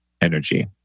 energy